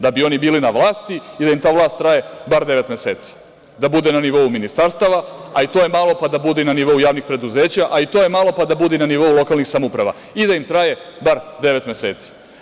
Da bi oni bili na vlasti i da im ta vlast traje bar devet meseci, da bude na nivou ministarstava, a i to je malo pa da bude i na nivou javnih preduzeća, a i to je malo pa da bude i na nivou lokalnih samouprava i da im traje bar devet meseci.